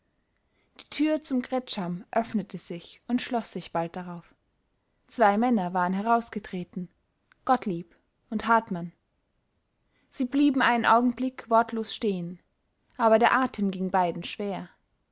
die tür zum kretscham öffnete sich und schloß sich bald darauf zwei männer waren herausgetreten gottlieb und hartmann sie blieben einen augenblick wortlos stehen aber der atem ging beiden schwer